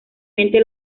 mente